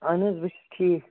اہن حظ بہٕ چھُس ٹھیٖک